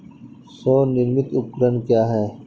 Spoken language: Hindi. स्वनिर्मित उपकरण क्या है?